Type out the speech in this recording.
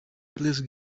please